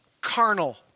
carnal